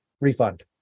refund